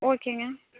ஓகேங்க